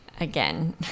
Again